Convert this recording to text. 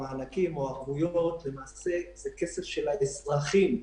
המענקים או הערבויות למעשה זה כסף של האזרחים,